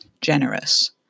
Generous